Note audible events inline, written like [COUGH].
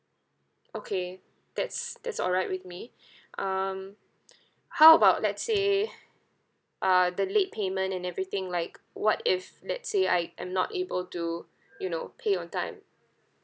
okay that's that's alright with me [BREATH] um [BREATH] how about let's say uh the late payment and everything like what if let's say I I'm not able to you know pay on time